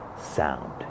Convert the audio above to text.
sound